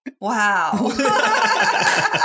Wow